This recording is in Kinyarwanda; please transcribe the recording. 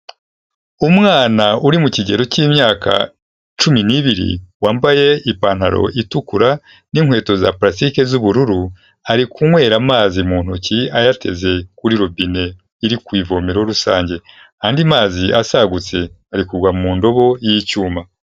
Umwana uri mu kigero cy'imyaka cumi n'ibiri, wambaye ipantaro itukura n'inkweto za purasitiki z'ubururu, ari kunywera amazi mu ntoki, ayateze kuri robine iri ku ivomero rusange; andi mazi asagutse ari kugwa mu ndobo y'icyuma.